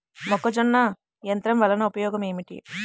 మొక్కజొన్న యంత్రం వలన ఉపయోగము ఏంటి?